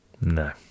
no